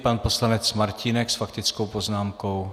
Pan poslanec Martínek s faktickou poznámkou.